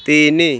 ତିନି